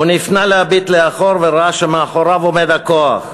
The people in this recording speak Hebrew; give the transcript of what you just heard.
הוא נפנה להביט לאחור וראה שמאחוריו עומד הכוח.